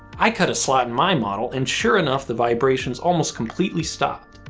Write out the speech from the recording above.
i cut a slot in my model, and sure enough the vibrations almost completely stopped.